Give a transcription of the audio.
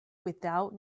without